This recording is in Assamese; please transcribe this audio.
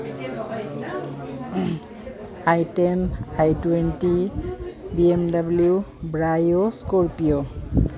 I ten i twenty B M W Brio Scorpio